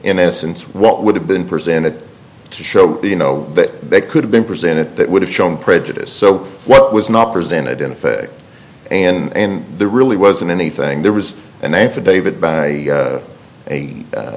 in essence what would have been presented to show you know that they could have been presented that would have shown prejudice so what was not presented in effect and the really wasn't anything there was an affidavit by a